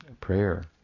prayer